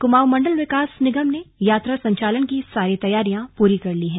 कुमाऊं मंडल विकास निगम ने यात्रा संचालन की सारी तैयारियां पूरी कर ली हैं